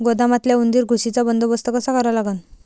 गोदामातल्या उंदीर, घुशीचा बंदोबस्त कसा करा लागन?